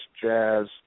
jazz